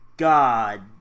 God